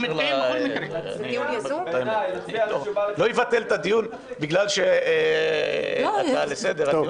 לא אבטל את הדיון בגלל שיש הצעה לסדר.